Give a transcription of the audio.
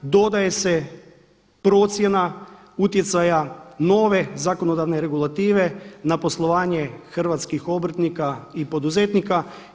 Dodaje se procjena utjecaja nove zakonodavne regulative na poslovanje hrvatskih obrtnika i poduzetnika.